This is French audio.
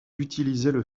utilisaient